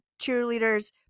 cheerleaders